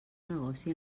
negoci